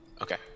Okay